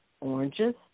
oranges